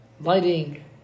lighting